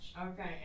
Okay